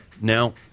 now